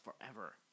forever